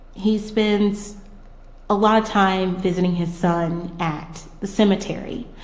he spends a lot of time visiting his son at the cemetery.